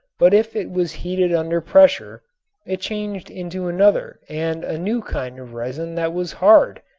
but if it was heated under pressure it changed into another and a new kind of resin that was hard,